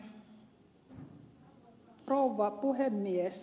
arvoisa rouva puhemies